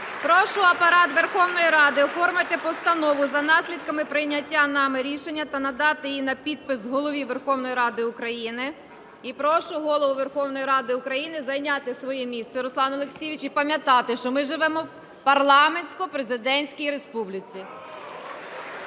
Прошу Апарат Верховної Ради оформити постанову за наслідками прийняття нами рішення та надати її на підпис Голові Верховної Ради України. І прошу Голову Верховної Ради України зайняти своє місце, Руслан Олексійович. І пам'ятати, що ми живемо в парламентсько-президентській республіці.